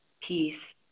peace